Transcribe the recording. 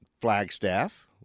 Flagstaff